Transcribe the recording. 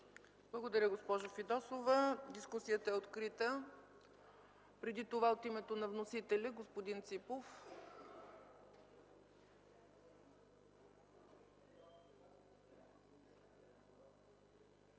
Благодаря, госпожо Фидосова. Дискусията е открита. От името на вносителя – господин Ципов.